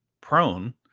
prone